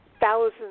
thousands